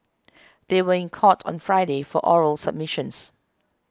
they were in court on Friday for oral submissions